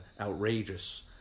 outrageous